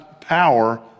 power